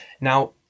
Now